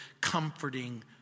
comforting